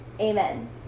amen